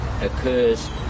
occurs